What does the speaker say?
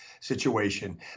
situation